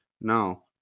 now